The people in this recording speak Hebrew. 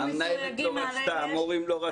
המנהלת לא רצתה, המורים לא רצו.